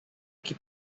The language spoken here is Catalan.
qui